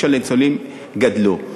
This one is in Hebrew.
הצרכים של הניצולים גדלו.